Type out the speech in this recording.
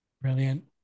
Brilliant